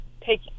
take